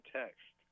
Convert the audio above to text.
text